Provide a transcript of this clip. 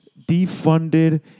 defunded